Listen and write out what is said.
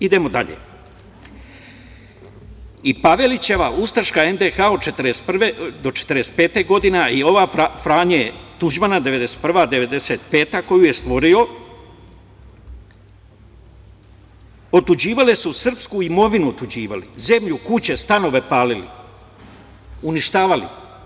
Idemo dalje, i Pavelićeva ustaška NDH 1941. do 1945. godina i ove Franje Tuđmana 1991. do 1995. godina, koju je stvorio, otuđivale su srpsku imovinu otuđivali, zemlju, kuće, stanove palili, uništavali.